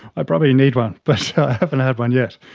i probably need one but i haven't had one yet!